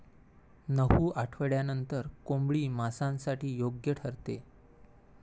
नऊ आठवड्यांनंतर कोंबडी मांसासाठी योग्य ठरते